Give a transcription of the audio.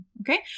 Okay